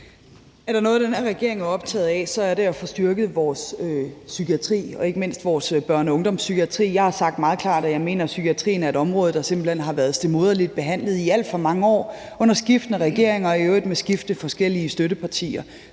Er der noget, den her regering er optaget af, er det at få styrket vores psykiatri, ikke mindst vores børne- og ungdomspsykiatri. Jeg har sagt meget klart, at jeg mener, at psykiatrien er et område, der simpelt hen har været stedmoderligt behandlet i alt for mange år under skiftende regeringer og i øvrigt med skiftende forskellige støttepartier